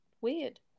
weird